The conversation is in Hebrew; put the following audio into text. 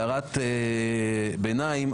הערת ביניים,